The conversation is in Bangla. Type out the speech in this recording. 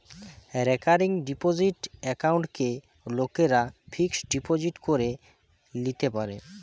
রেকারিং ডিপোসিট একাউন্টকে লোকরা ফিক্সড ডিপোজিট করে লিতে পারে